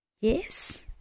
Yes